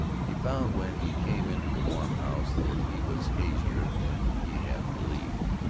he found when he came into the warm house that he was hazier than he had believed.